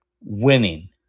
Winning